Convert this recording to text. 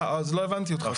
אז לא הבנתי אותך.